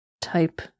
type